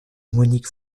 monique